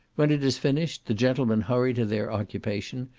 when it is finished, the gentlemen hurry to their occupation,